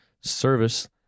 service